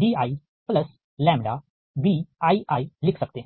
bi 2λj1 j≠imBijPgj2diλBii लिख सकते है